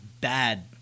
bad